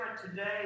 today